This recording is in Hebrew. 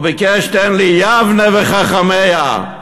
הוא ביקש: "תן לי יבנה וחכמיה".